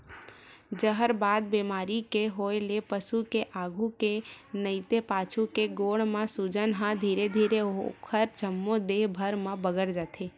जहरबाद बेमारी के होय ले पसु के आघू के नइते पाछू के गोड़ म सूजन ह धीरे धीरे ओखर जम्मो देहे भर म बगरत जाथे